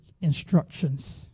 instructions